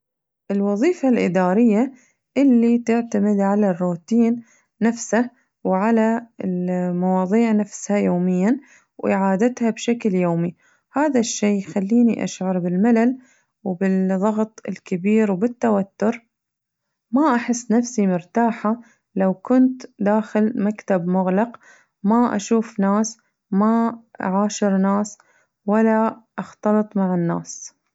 الوظيفة الإدارية اللي تعتمد على الروتين نفسه وعلى المواضيع نفسها يومياً وإعادتها بشكل يومي، هذا الشي يخليني أشعر بالملل وبالضغط الكبير وبالتوتر، ما أحس نفسي مرتاحة لو كنت داخل مكتب مغلق ما أشوف ناس ما أعاشر ناس ولا أختلط مع الناس.